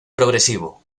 progresivo